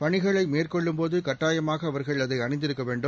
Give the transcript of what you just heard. பணிகளை மேற்கொள்ளும் போது கட்டாயமாக அவர்கள் அதை அணிந்திருக்க வேண்டும்